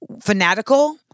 fanatical